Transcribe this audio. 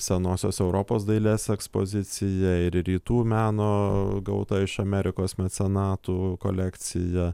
senosios europos dailės ekspozicija ir rytų meno gauta iš amerikos mecenatų kolekcija